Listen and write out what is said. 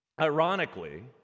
Ironically